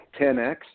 10X